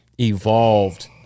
evolved